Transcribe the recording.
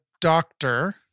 doctor